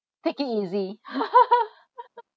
take it easy